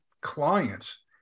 clients